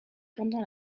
pendant